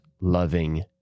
loving